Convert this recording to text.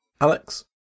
Alex